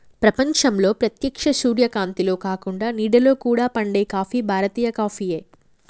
ప్రపంచంలో ప్రేత్యక్ష సూర్యకాంతిలో కాకుండ నీడలో కూడా పండే కాఫీ భారతీయ కాఫీయే